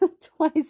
twice